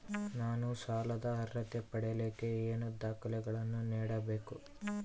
ನಾನು ಸಾಲದ ಅರ್ಹತೆ ಪಡಿಲಿಕ್ಕೆ ಏನೇನು ದಾಖಲೆಗಳನ್ನ ನೇಡಬೇಕು?